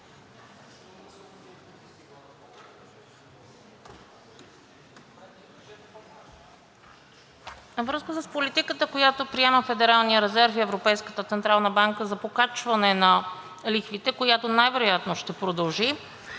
връзка с политиката, която приема Федералният резерв и Европейската централна банка за покачване на лихвите, която най-вероятно ще продължи,